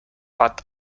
but